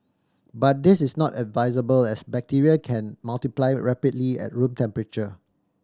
but this is not advisable as bacteria can multiply rapidly at room temperature